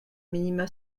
minima